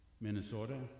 Minnesota